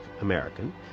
American